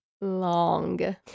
long